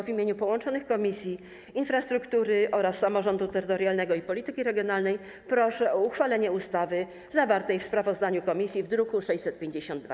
W imieniu połączonych Komisji: Infrastruktury oraz Samorządu Terytorialnego i Polityki Regionalnej proszę o uchwalenie ustawy zawartej w sprawozdaniu komisji w druku nr 652.